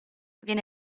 viene